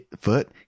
foot